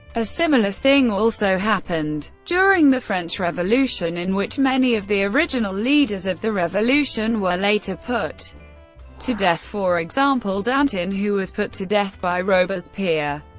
a similar thing also happened during the french revolution in which many of the original leaders of the revolution were later put to death, for example danton who was put to death by robespierre,